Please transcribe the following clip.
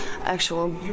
actual